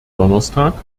donnerstag